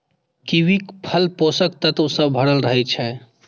कीवीक फल पोषक तत्व सं भरल रहै छै